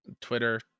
Twitter